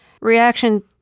reaction